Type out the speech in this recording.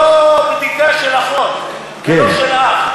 לא בדיקה של אחות ולא של אח.